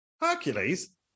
Hercules